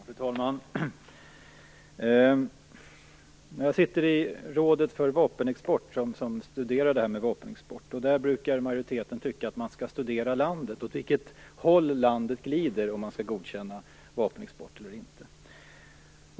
Fru talman! Jag sitter i rådet för vapenexport, som studerar frågor kring vapenexporten. Där brukar majoriteten tycka att man skall studera landet och åt vilket håll landet glider för att se om man skall godkänna vapenexport eller inte.